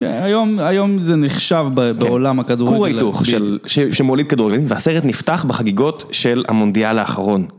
היום זה נחשב בעולם הכדורגל. כור ההיתוך שמוליד כדורגלנים והסרט נפתח בחגיגות של המונדיאל האחרון.